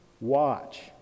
watch